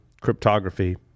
cryptography